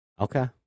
Okay